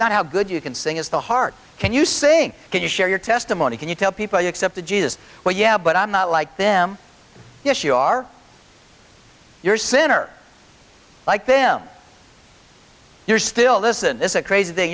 not how good you can sing is the heart can you sing can you share your testimony can you tell people you accepted jesus well yeah but i'm not like them yes you are you're sinner like them you're still this is a crazy thing